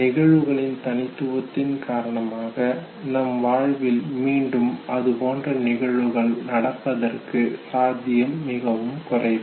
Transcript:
நிகழ்வுகளின் தனித்துவத்தின் காரணமாக நம் வாழ்வில் மீண்டும் அது போன்ற நிகழ்வுகள் நடப்பதற்கு சாத்தியம் மிகவும் குறைவு